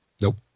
Nope